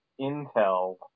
intel